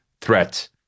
threat